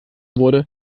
wurde